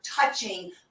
touching